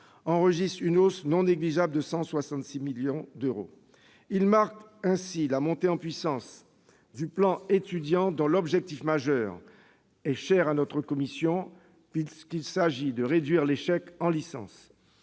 enregistre une hausse non négligeable de 166 millions d'euros. Il marque ainsi la montée en puissance du plan Étudiants, dont l'objectif majeur est cher à notre commission de la culture puisqu'il s'agit de réduire l'échec en licence.